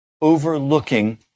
overlooking